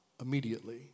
immediately